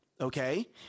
Okay